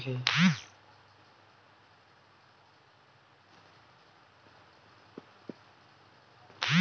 corporate আর্থিক সংস্থা যে গুলা টাকা কড়ির বেপার দ্যাখে